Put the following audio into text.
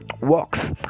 works